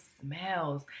smells